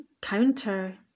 counter